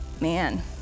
Man